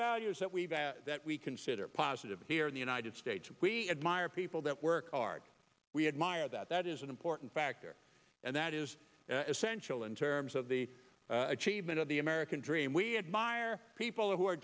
values that we that we consider positive here in the united states we admire people that work hard we admire that that is an important factor and that is essential in terms of the achievement of the american dream we admire people who are